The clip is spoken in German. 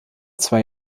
zwei